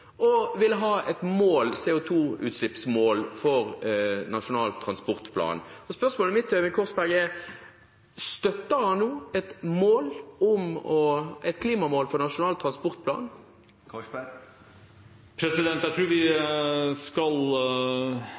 vår, vil avgjøre hvor store utslippene blir. Fremskrittspartiet og Høyre har til nå stemt mot å ville ha et CO2-utslippsmål for Nasjonal transportplan. Spørsmålet mitt til Øyvind Korsberg er: Støtter han nå et klimamål for Nasjonal transportplan? Jeg tror vi kanskje skal